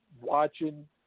watching